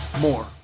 more